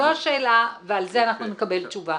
זו השאלה, ועל זה אנחנו נקבל תשובה.